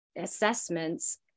assessments